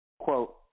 Quote